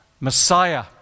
Messiah